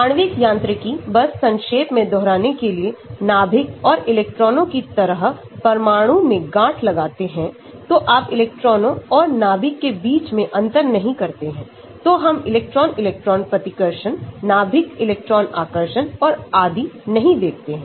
आणविक यांत्रिकी बस संक्षेप में दुहराना के लिए नाभिक और इलेक्ट्रॉनों की तरह परमाणु में गांठ लगाते हैं तो आप इलेक्ट्रॉनों और नाभिक के बीच में अंतर नहीं करते हैंतो हम इलेक्ट्रॉन इलेक्ट्रॉन प्रतिकर्षण नाभिक इलेक्ट्रॉन आकर्षण औरआदि नहीं देखते हैं